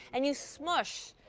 and you smush.